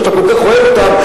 שאתה כל כך אוהב אותם,